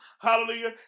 hallelujah